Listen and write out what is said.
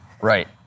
Right